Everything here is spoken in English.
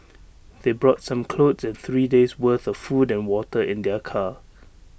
they brought some clothes and three days' worth of food and water in their car